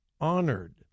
honored